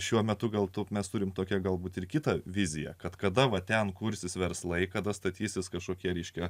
šiuo metu galbūt mes turime tokią galbūt ir kitą viziją kad kada va ten kursis verslai kada statysis kažkokie reiškia